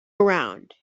around